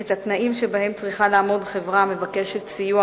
את התנאים שבהם צריכה לעמוד חברה המבקשת סיוע